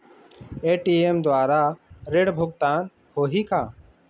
ATM द्वारा ऋण भुगतान होही का?